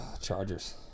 Chargers